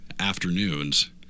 afternoons